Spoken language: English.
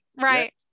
Right